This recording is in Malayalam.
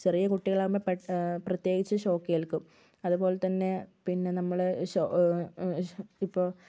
ചെറിയ കുട്ടികളാകുമ്പോൾ പെട് പ്രത്യേകിച്ചും ഷോക്ക് ഏൽക്കും അതുപോലെ തന്നെ പിന്നെ നമ്മൾ ഷോ ഇപ്പോൾ